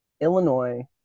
Illinois